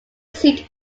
seat